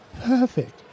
Perfect